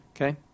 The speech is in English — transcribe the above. okay